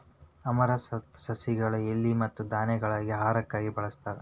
amaranthus ಸಸಿಗಳ ಎಲಿ ಮತ್ತ ಧಾನ್ಯಗಳಾಗಿ ಆಹಾರಕ್ಕಾಗಿ ಬಳಸ್ತಾರ